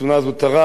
בקצונה הזוטרה,